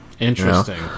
Interesting